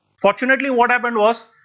fortunately what happened was,